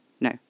No